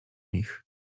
nich